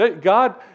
God